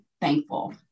thankful